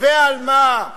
ועל מה?